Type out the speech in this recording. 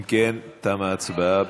אם כן, תמה ההצבעה.